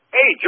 Hey